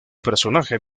personaje